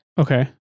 Okay